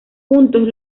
juntos